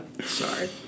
Sorry